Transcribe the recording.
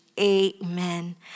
amen